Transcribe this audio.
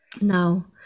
now